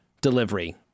delivery